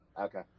Okay